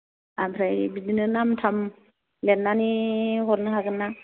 ओमफ्राय बिदिनो नाम थाम लिरनानै हरनो हागोन ना